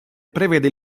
prevede